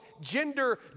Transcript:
gender